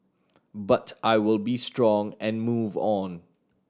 but I will be strong and move on